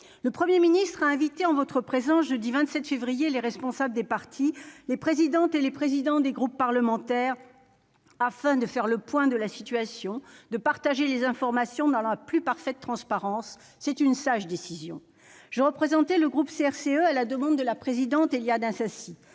Le Premier ministre a invité jeudi 27 février, en votre présence, les responsables des partis et les présidentes et présidents des groupes parlementaires, afin de faire le point de la situation et de partager les informations dans la plus parfaite transparence. C'était une sage décision. J'y représentais le groupe CRCE, à la demande de sa présidente, Mme Éliane Assassi.